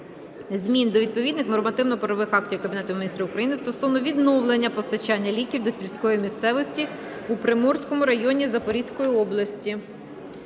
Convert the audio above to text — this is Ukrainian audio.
змін до відповідних нормативно-правових актів Кабінету Міністрів України стосовно відновлення постачання ліків до сільської місцевості у Приморському районі Запорізької області.